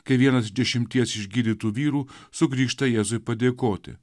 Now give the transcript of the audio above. kai vienas iš dešimties išgydytų vyrų sugrįžta jėzui padėkoti